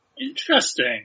interesting